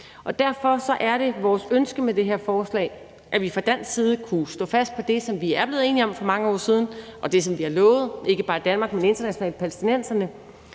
Derfor er det vores ønske med det her forslag, at vi fra dansk side kunne stå fast på det, som vi er blevet enige om for mange år siden, og det, som man i Danmark og fra international side har